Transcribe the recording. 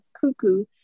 cuckoo